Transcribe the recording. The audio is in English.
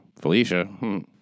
Felicia